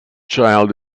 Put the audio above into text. child